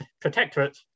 protectorate